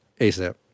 asap